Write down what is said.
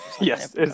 Yes